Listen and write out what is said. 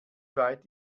weit